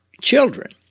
children